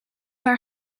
haar